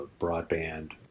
broadband